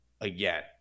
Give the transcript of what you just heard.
again